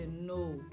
no